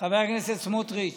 חבר הכנסת סמוטריץ',